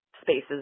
Spaces